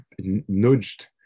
nudged